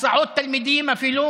אפילו